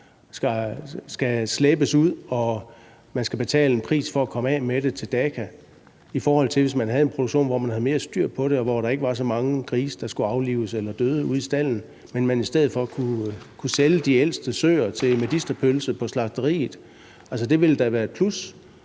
skal slæbes ud, og hvor man skal betale en pris for at komme af med dem til Daka, i forhold til at man havde en produktion, hvor man havde mere styr på det, hvor der ikke var så mange grise, der skulle aflives eller døde ude i stalden, og hvor man i stedet for kunne sælge de ældste søer til medisterpølse på slagteriet? Det ville da være et plus.